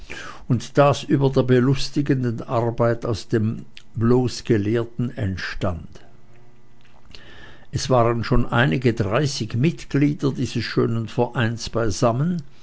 entsprach das über der belustigenden arbeit aus dem bloß gelehrten entstand es waren schon einige dreißig mitglieder dieses schönen vereins beisammen